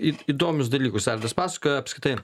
it įdomius dalykus arvydas pasakoja apskritai